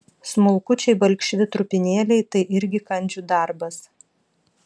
smulkučiai balkšvi trupinėliai tai irgi kandžių darbas